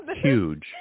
Huge